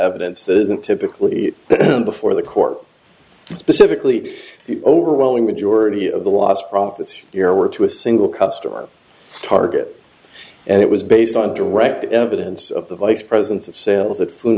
evidence that isn't typically before the court specifically the overwhelming majority of the lost profits here were to a single customer target and it was based on direct evidence of the vice president of sales of food